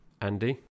Andy